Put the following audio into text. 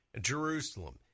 Jerusalem